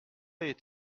est